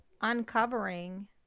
uncovering